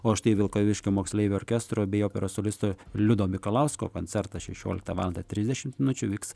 o štai vilkaviškio moksleivių orkestro bei operos solisto liudo mikalausko koncertas šešioliktą valandą trisdešimt minučių viks